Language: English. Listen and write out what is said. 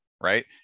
right